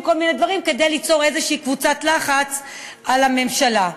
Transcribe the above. כל מיני דברים כדי ליצור איזו קבוצת לחץ על הממשלה.